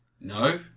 No